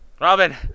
Robin